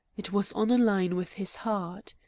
it was on a line with his heart.